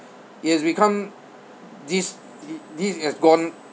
it has become this this has gone